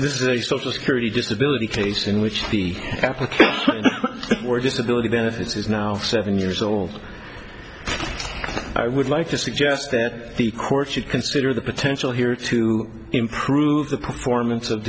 this is a social security disability case in which the ok we're just ability benefits is now seven years old i would like to suggest that the court should consider the potential here to improve the performance of